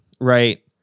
right